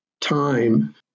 time